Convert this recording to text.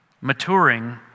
maturing